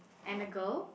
and a girl